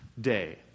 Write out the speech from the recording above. day